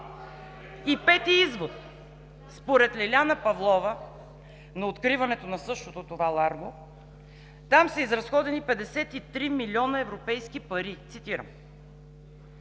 Петият извод – според Лиляна Павлова на откриването на същото това Ларго, там са изразходени 53 милиона европейски пари, цитирам.